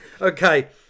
Okay